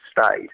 stayed